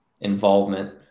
involvement